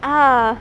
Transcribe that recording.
ah